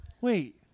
wait